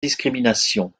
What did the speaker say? discrimination